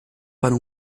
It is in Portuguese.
para